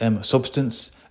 substance